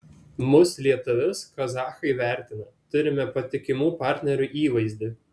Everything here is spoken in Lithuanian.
mus lietuvius kazachai vertina turime patikimų partnerių įvaizdį